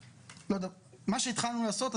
מה שהתחלנו לעשות,